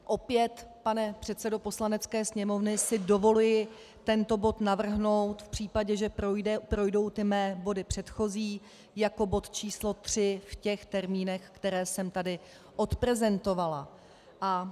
Opět, pane předsedo Poslanecké sněmovny, si dovoluji tento bod navrhnout v případě, že projdou ty mé body předchozí, jako bod číslo tři v těch termínech, které jsem tady odprezentovala.